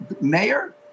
mayor